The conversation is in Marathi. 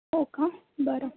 हो का बरं